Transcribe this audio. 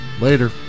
Later